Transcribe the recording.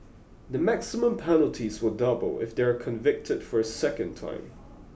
the maximum penalties will double if they are convicted for a second time